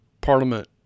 parliament